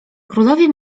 królowie